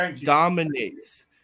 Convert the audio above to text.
dominates